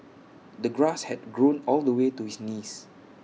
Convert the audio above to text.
the grass had grown all the way to his knees